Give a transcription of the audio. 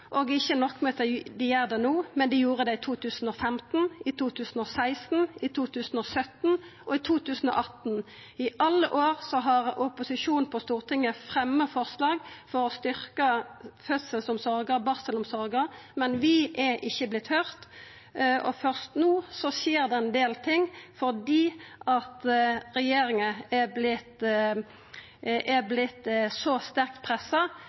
og ikkje nok med at dei gjer det no, dei gjorde det i 2015, i 2016, i 2017 og i 2018 – i alle år har opposisjonen på Stortinget fremja forslag for å styrkja fødselsomsorga og barselomsorga, men vi har ikkje vorte høyrde, og først no skjer det ein del ting fordi regjeringa har vorte pressa så sterkt,